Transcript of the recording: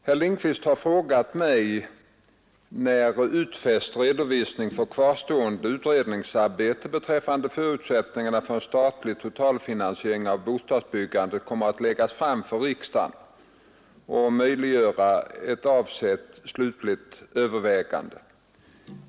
Herr Lindkvist har frågat mig när utfäst redovisning för kvarstående utredningsarbete beträffande förutsättningarna för en statlig totalfinansiering av bostadsbyggandet kommer att läggas fram för riksdagen och möjliggöra ett avsett slutligt övervägande.